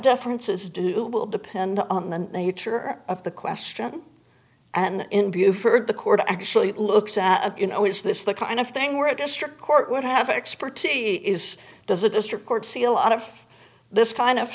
differences do will depend on the nature of the question and in buford the court actually looked at you know is this the kind of thing where it district court would have expertise is does a district court see a lot of this kind of